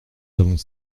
avons